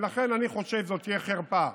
ולכן אני חושב שזו תהיה חרפה.